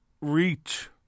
reach